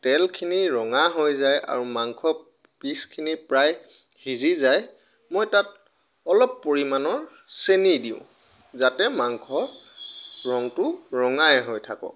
তেলখিনি ৰঙা হৈ যায় আৰু মাংস পিচখিনি প্ৰায় সিজি যায় মই তাত অলপ পৰিমাণৰ চেনি দিওঁ যাতে মাংসৰ ৰংটো ৰঙাই হৈ থাকক